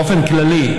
באופן כללי,